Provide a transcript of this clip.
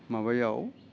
माबायाव